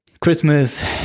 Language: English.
Christmas